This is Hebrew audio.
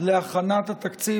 להכנת התקציב,